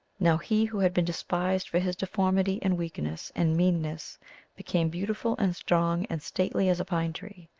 now he who had been despised for his deformity and weakness and meanness became beautiful and strong and stately as a pine-tree.